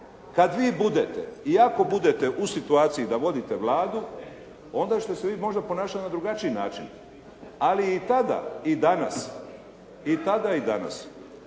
Kada vi budete i ako budete u situaciji da vodite Vladu, onda ćete se vi možda ponašati na drugačiji način. Ali i tada i danas definitivno